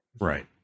right